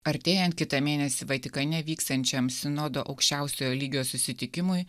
artėjant kitą mėnesį vatikane vyksiančiam sinodo aukščiausiojo lygio susitikimui